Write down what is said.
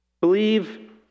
believe